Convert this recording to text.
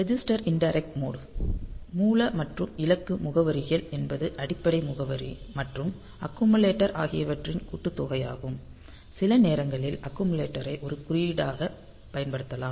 register indirect mode மூல மற்றும் இலக்கு முகவரிகள் என்பது அடிப்படை முகவரி மற்றும் அக்குமுலேட்டர் ஆகியவற்றின் கூட்டுத்தொகையாகும் சில நேரங்களில் அக்குமுலேட்டரை ஒரு குறியீடாகப் பயன்படுத்தலாம்